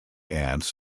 ants